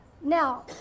Now